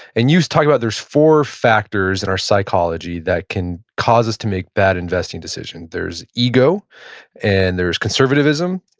and you talk about there's four factors in our psychology that can cause us to make bad investing decisions. there's ego and there's conservatism,